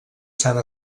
sant